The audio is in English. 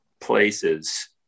places